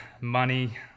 Money